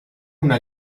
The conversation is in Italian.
una